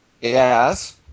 Yes